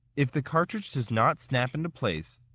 if the cartridge does not snap into place,